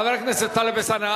חבר הכנסת טלב אלסאנע,